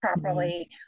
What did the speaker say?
properly